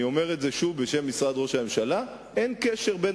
אני אומר את זה שוב בשם משרד ראש הממשלה: אין קשר בין